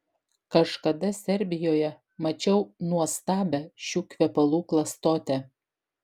kažkada serbijoje mačiau nuostabią šių kvepalų klastotę